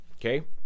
Okay